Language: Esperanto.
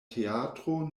teatro